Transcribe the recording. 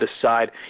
decide